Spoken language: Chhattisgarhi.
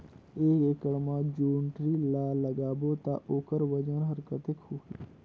एक एकड़ मा जोणी ला लगाबो ता ओकर वजन हर कते होही?